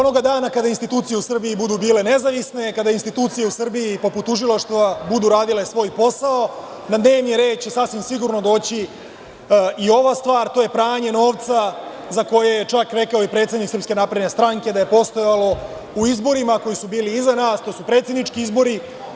Onoga dana kada institucije u Srbiji budu bile nezavisne, kada institucije u Srbiji, poput tužilaštva budu radile svoj posao, na dnevni red će sasvim sigurno doći i ova stvar, a to je pranje novca za koje je čak rekao i predsednik SNS da je postojalo u izborima koji su bili iza nas, to su predsednički izbori.